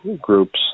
groups